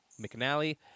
McNally